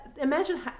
imagine